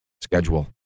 schedule